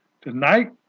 Tonight